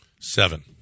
Seven